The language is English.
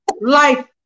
life